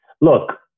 Look